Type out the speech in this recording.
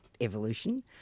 evolution